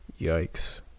yikes